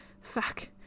fuck